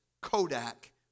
Kodak